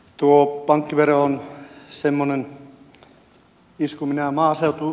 tuo pankkivero on semmoinen isku